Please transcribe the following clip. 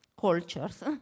cultures